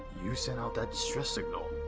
you sent out that distress signal.